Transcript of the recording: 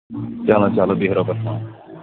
چلو چلو بِہیُو رۄبَس حوال